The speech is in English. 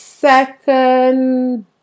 Second